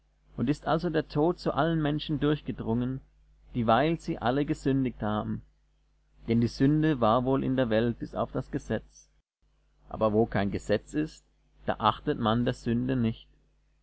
und ist also der tod zu allen menschen durchgedrungen dieweil sie alle gesündigt haben denn die sünde war wohl in der welt bis auf das gesetz aber wo kein gesetz ist da achtet man der sünde nicht